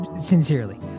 sincerely